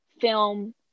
film